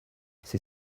ces